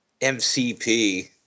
MCP